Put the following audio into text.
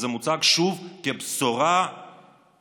זה מוצג שוב כבשורה מטורפת.